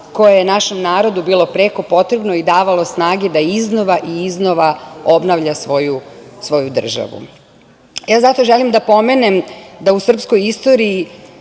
koje je našem narodu bilo preko potrebno i davalo snage da iznova i iznova obnavlja svoju državu. Zato želim da pomenem da u srpskoj istoriji